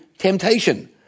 Temptation